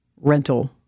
rental